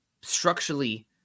structurally